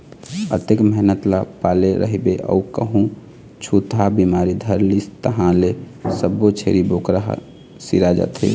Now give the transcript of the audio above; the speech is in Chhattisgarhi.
अतेक मेहनत ल पाले रहिबे अउ कहूँ छूतहा बिमारी धर लिस तहाँ ले सब्बो छेरी बोकरा ह सिरा जाथे